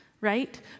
right